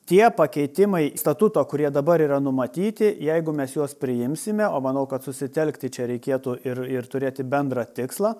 tie pakeitimai statuto kurie dabar yra numatyti jeigu mes juos priimsime o manau kad susitelkti čia reikėtų ir ir turėti bendrą tikslą